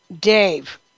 Dave